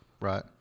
Right